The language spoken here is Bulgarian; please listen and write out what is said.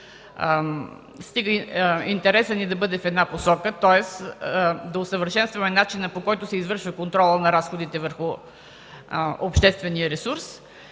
стига интересът ни да бъде в една посока, тоест да усъвършенстваме начина, по който се извършва контролът на разходите върху обществения ресурс.